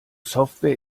software